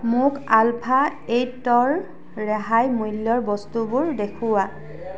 মোক আলফা এইটৰ ৰেহাই মূল্যৰ বস্তুবোৰ দেখুওৱা